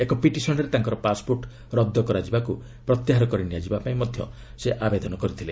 ଏକ ପିଟିସନ୍ରେ ତାଙ୍କର ପାସ୍ପୋର୍ଟ ରଦ୍ଦ କରାଯିବାକୁ ପ୍ରତ୍ୟାହାର କରି ନିଆଯିବାପାଇଁ ମଧ୍ୟ ସେ ଆବେଦନ କରିଥିଲେ